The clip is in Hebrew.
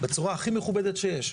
בצורה הכי מכובדת שיש.